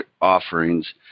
offerings